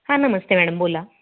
हां नमस्ते मॅडम बोला